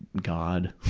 god.